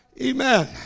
Amen